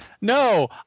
no